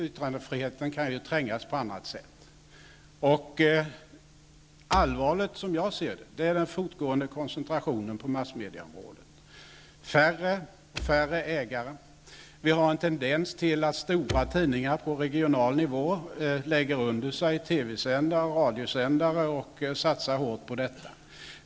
Yttrandefriheten kan trängas på annat sätt. Den fortgående koncentrationen på massmediaområdet är allvarlig. Det blir färre ägare. Vi har en tendens till att stora tidningar på regional nivå lägger under sig TV och radiosändare och satsar hårt på detta.